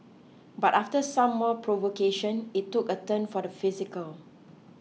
but after some more provocation it took a turn for the physical